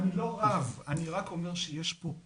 אני לא רב, אני רק אומר שיש פער.